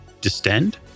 distend